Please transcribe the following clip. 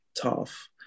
tough